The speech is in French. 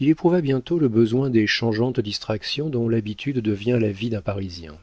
il éprouva bientôt le besoin des changeantes distractions dont l'habitude devient la vie d'un parisien